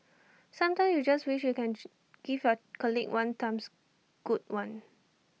sometimes you just wish you can G give your colleague one times good one